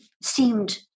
seemed